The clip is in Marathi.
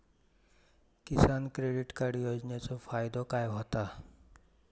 किसान क्रेडिट कार्ड योजनेचो फायदो काय होता?